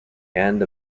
end